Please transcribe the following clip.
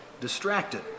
distracted